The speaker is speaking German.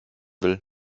will